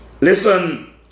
Listen